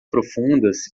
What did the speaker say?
profundas